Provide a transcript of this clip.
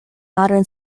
modern